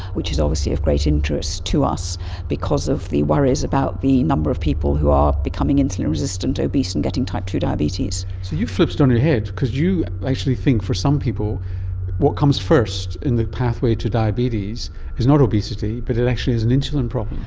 which is obviously of great interest to us because of the worries about the number of people who are becoming insulin resistant, obese, and getting type two diabetes. so you've flipped it on its head because you actually think for some people what comes first in the pathway to diabetes is not obesity but it actually is an insulin problem.